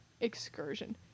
excursion